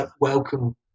welcome